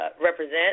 represent